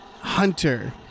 Hunter